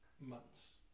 months